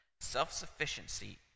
self-sufficiency